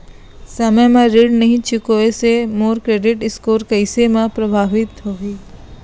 समय म ऋण नई चुकोय से मोर क्रेडिट स्कोर कइसे म प्रभावित होही?